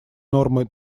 нормы